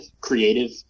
creative